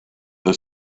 the